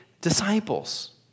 disciples